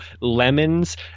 lemons